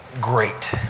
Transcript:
great